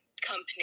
company